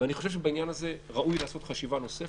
אני חושב שבעניין הזה ראוי לעשות חשיבה נוספת.